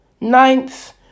Ninth